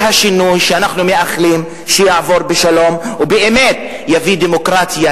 והשינוי שאנחנו מייחלים שיעבור בשלום ובאמת יביא דמוקרטיה,